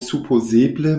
supozeble